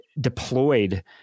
deployed